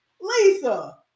Lisa